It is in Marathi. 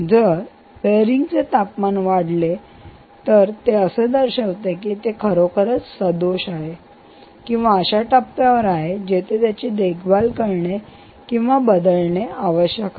तर जर बेअरिंग चे तापमान वाढते आहे हे असे दर्शविते की हे खरोखरच सदोष आहे किंवा ते अशा टप्प्यावर येत आहे जिथे त्याला देखभाल करणे किंवा बदलणे आवश्यक आहे